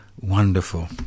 wonderful